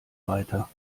weiter